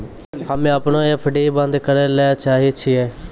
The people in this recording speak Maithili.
हम्मे अपनो एफ.डी बन्द करै ले चाहै छियै